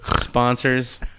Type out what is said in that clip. Sponsors